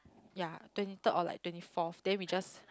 yea twenty third or like twenty fourth then we just